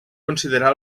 considerar